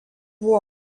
buvo